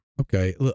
okay